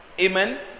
Amen